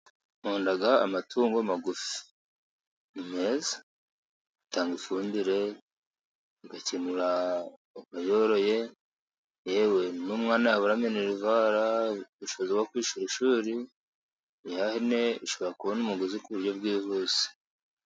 Nkunda amatungo magufi. Ni meza. Atanga ifunbire, agakenura uyoroye, yewe numwana yabura mineravari, ubushobozi bwo kwishyura ishuri, ino hene ishobora kubona umugozi ku buryo bwihuse.